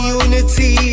unity